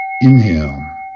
Inhale